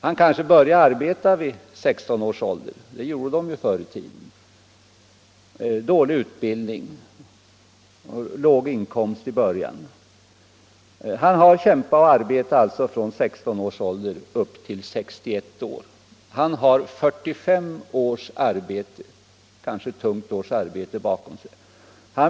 Han kanske började arbeta vid 16 års ålder; det gjorde man ju förr i tiden. Han har dålig utbildning och inkomsten var låg i början. Han har kämpat och arbetat från 16 års ålder till 61 år, han har då 45 års arbete — kanske tungt — bakom sig.